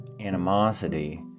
Animosity